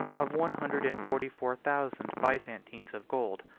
of one hundred and forty-four thousand byzantines of gold,